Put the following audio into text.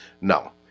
No